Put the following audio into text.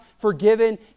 forgiven